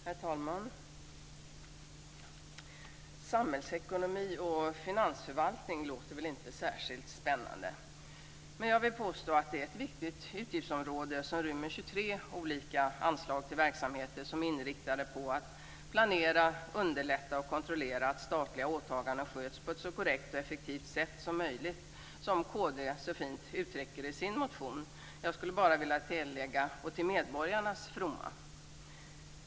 Herr talman! Samhällsekonomi och finansförvaltning låter inte särskilt spännande, men jag vill påstå att det är ett viktigt utgiftsområde som rymmer 23 olika anslag till verksamheter som är inriktade på att planera, underlätta och kontrollera att statliga åtaganden sköts på ett så korrekt och effektivt sätt som möjligt, som kd så fint uttrycker det i sin motion. Jag skulle bara vilja tillägga: och till medborgarnas fromma.